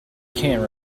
can